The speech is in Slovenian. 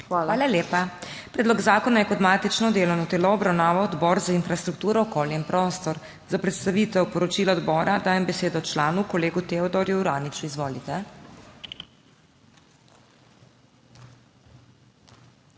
HOT:** Hvala lepa. Predlog zakona je kot matično delovno telo obravnaval Odbor za infrastrukturo, okolje in prostor. Za predstavitev poročila odbora dajem besedo članu, kolegu Teodorju Uraniču. Izvolite.